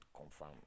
confirm